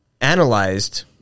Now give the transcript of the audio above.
analyzed